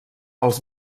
els